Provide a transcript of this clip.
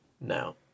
Now